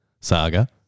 saga